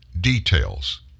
details